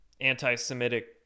anti-semitic